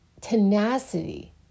tenacity